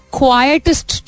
quietest